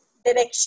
direction